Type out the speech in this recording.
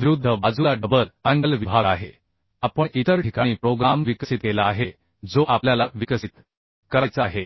विरुद्ध बाजूला double angle विभाग आहे आपण इतर ठिकाणी प्रोग्राम विकसित केला आहे जो आपल्याला विकसित करायचा आहे